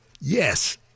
Yes